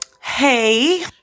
Hey